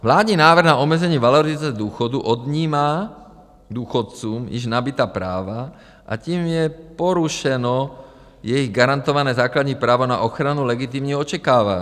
Vládní návrh na omezení valorizace důchodů odnímá důchodcům již nabytá práva a tím je porušeno jejich garantované základní právo na ochranu legitimního očekávání.